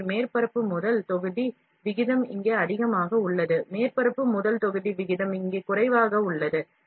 எனவே மேற்பரப்பு முதல் தொகுதி விகிதம் இங்கே அதிகமாக உள்ளது மேற்பரப்பு முதல் தொகுதி விகிதம் இங்கே குறைவாக உள்ளது